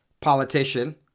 politician